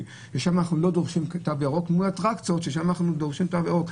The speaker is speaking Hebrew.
ושאנחנו לא דורשים תו ירוק מול אטרקציות כפי שאנחנו דורשים תו ירוק.